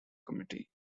committee